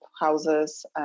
houses